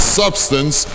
substance